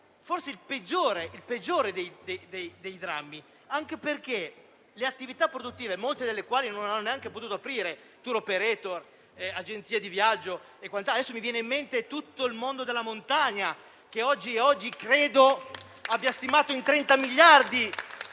forse il peggiore dei drammi, anche perché le attività produttive, molte delle quali non hanno neanche potuto aprire - *tour operator*, agenzie di viaggio e mi viene in mente tutto il mondo della montagna che oggi credo abbia stimato in 30 miliardi